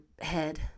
head